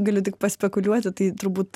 galiu tik paspekuliuoti tai turbūt